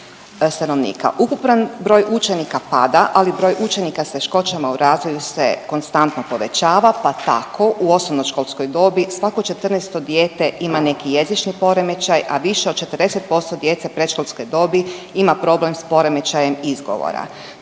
Ukupan broj učenika pada, ali broj učenika s teškoćama u razvoju se konstantno povećava pa tako u osnovnoškolskoj dobi svako 14. dijete ima neki jezični poremećaj, a više od 40% djece predškolske dobi ima problem s poremećajem izgovora.